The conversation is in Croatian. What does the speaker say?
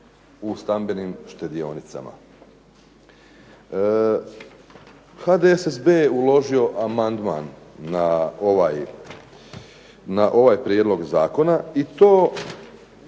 HDSSB je uložio amandman na ovaj prijedlog zakona i to